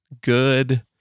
Good